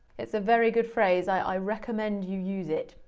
it's a very good phrase, i recommend you use it.